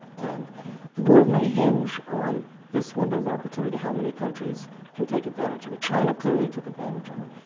and the world may hinge on this window of opportunity. how many countries can take advantage of it? china clearly took advantage of it,